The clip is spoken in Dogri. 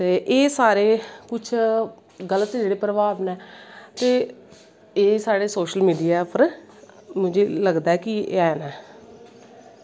एह् सारे कुश गल्त जेह्ड़े प्रभाव नै ते एहे साढ़े सोशल मीडिया पर मिगी लगदा कि हैन नै